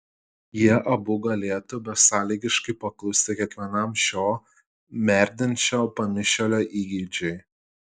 jie abu galėtų besąlygiškai paklusti kiekvienam šio merdinčio pamišėlio įgeidžiui